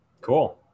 Cool